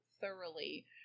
thoroughly